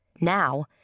Now